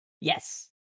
Yes